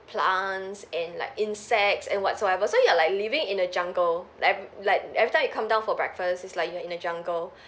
plants and like insects and whatsoever so you are like living in a jungle like like every time you come down for breakfast it's like you are in a jungle